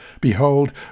Behold